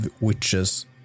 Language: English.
witches